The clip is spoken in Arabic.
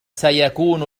سيكون